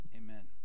amen